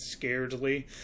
scaredly